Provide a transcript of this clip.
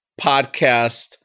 podcast